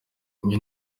iyo